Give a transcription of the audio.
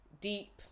deep